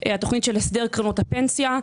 של הסדר קרנות הפנסיה,